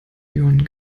lyon